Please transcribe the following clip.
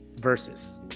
Versus